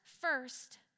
first